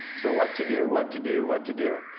so what to do, what to do, what to do?